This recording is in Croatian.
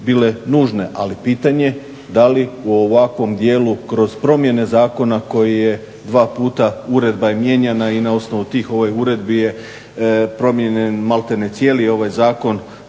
bile nužne, ali pitanje da li u ovakvom dijelu kroz promjene zakona koji je dva puta, uredba je mijenjana i na osnovu tih uredbi je promijenjen maltene cijeli ovaj zakon